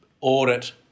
audit